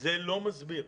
זה לא מסביר.